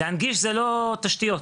להנגיש זה לא תשתיות,